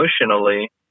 emotionally